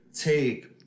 take